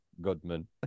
Goodman